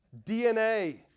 DNA